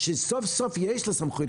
שסוף-סוף יש לו סמכות,